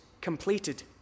completed